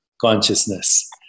consciousness